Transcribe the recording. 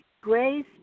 Grace